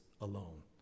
alone